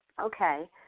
Okay